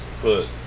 put